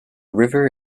river